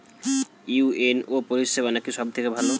UNO পরিসেবা নাকি সব থেকে ভালো?